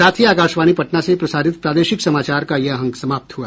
इसके साथ ही आकाशवाणी पटना से प्रसारित प्रादेशिक समाचार का ये अंक समाप्त हुआ